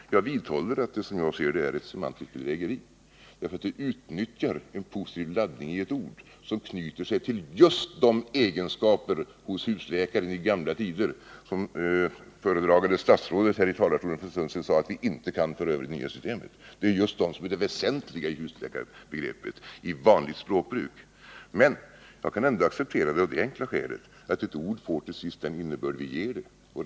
Men jag vidhåller att det, som jag ser det, är ett semantiskt bedrägeri att utnyttja en positiv laddning i ett ord som anknyter till just de egenskaper hos husläkaren i gamla tider som föredragande statsrådet här i talarstolen för en stund sedan sade att vi inte kan föra över till det nya systemet. Det är just de egenskaperna som är det väsentliga i husläkarbegreppet i vanligt språkbruk. Men jag kan ändå acceptera ordet husläkare av det enkla skälet att ett ord till sist får den innebörd vi ger det.